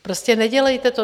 Prostě nedělejte to.